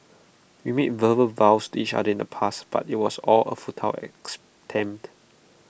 we made verbal vows to each other in the past but IT was all A futile as tempt